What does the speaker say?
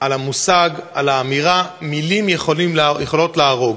על המושג, על האמירה: מילים יכולות להרוג.